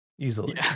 Easily